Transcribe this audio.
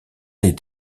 est